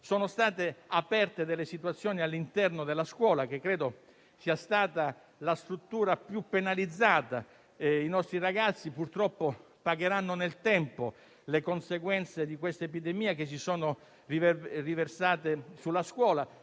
Sono state modificate alcune situazioni all'interno della scuola, che credo sia stata la struttura più penalizzata: i nostri ragazzi purtroppo pagheranno nel tempo le conseguenze che questa epidemia ha riversato sulla scuola,